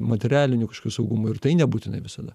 materialiniu kažkokiu saugumu ir tai nebūtinai visada